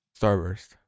Starburst